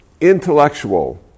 intellectual